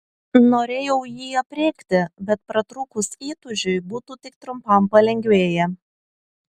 norėjau jį aprėkti bet pratrūkus įtūžiui būtų tik trumpam palengvėję